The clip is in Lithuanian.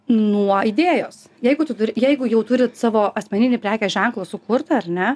nuo idėjos jeigu tu jeigu jau turit savo asmeninį prekės ženklą sukurtą ar ne